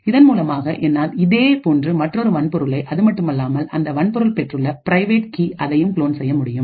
இதன் மூலமாக என்னால் இதே போன்ற மற்றொரு வன்பொருளை அதுமட்டுமல்லாமல் அந்த வன்பொருள் பெற்றுள்ள பிரைவேட்கி அதையும் க்ளோன் செய்ய முடியும்